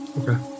Okay